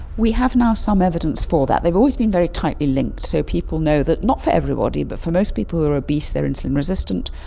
we have now some evidence for that. they have always been very tightly linked, so people know that not for everybody but for most people who are obese they are insulin resistant,